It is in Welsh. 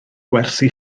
gwersi